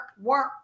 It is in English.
work